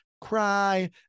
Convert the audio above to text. cry